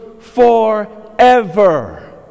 forever